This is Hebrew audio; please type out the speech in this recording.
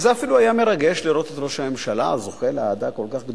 וזה אפילו היה מרגש לראות את ראש הממשלה זוכה לאהדה כל כך גדולה,